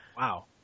Wow